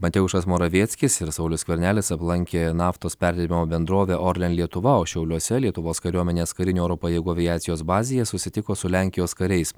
mateušas moravieckis ir saulius skvernelis aplankė naftos perdirbimo bendrovę orlen lietuva o šiauliuose lietuvos kariuomenės karinių oro pajėgų aviacijos bazėje susitiko su lenkijos kariais